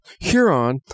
Huron